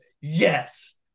yes